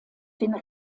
den